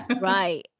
Right